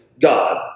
God